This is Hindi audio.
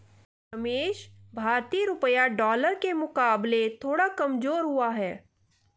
रमेश भारतीय रुपया डॉलर के मुकाबले थोड़ा कमजोर हुआ है